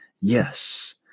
Yes